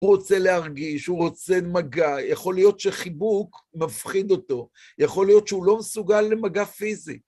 הוא רוצה להרגיש, הוא רוצה מגע, יכול להיות שחיבוק מפחיד אותו, יכול להיות שהוא לא מסוגל למגע פיזי.